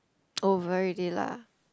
over already lah